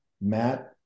matt